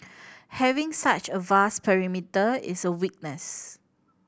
having such a vast perimeter is a weakness